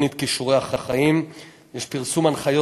בתוכנית "כישורי חיים"; יש פרסום הנחיות